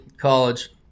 college